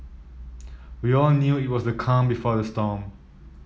we all knew it was the calm before the storm